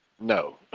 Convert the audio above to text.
No